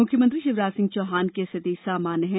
मुख्यमंत्री शिवराज सिंह चौहान की स्थिति सामान्य है